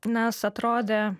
nes atrodė